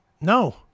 No